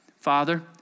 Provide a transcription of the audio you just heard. Father